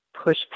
push